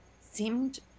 seemed